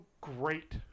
great